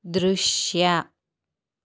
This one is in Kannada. ದೃಶ್ಯ